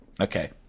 Okay